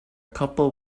couple